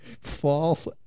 false